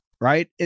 right